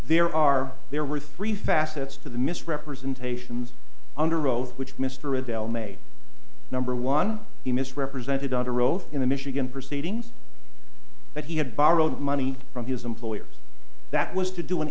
there are there were three facets to the misrepresentations under oath which mr adel made number one he misrepresented under oath in the michigan proceedings that he had borrowed money from his employers that was to do an